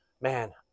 man